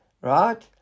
right